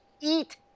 eat